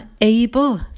able